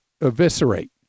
eviscerate